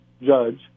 judge